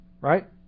Right